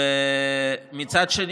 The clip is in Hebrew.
ומצד שני,